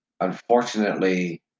unfortunately